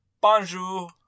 bonjour